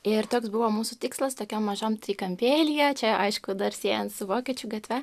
ir toks buvo mūsų tikslas tokiam mažam trikampėlyje čia aišku dar siejant su vokiečių gatve